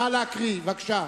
נא להקריא, בבקשה.